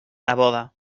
neboda